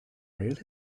really